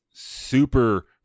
super